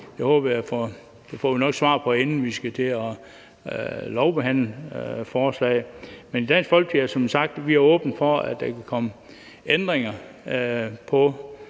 Det får vi nok svar på, inden vi skal til at lovbehandle forslaget. Men i Dansk Folkeparti er vi åbne for, at der kan komme ændringer på